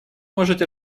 можете